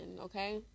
okay